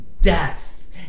death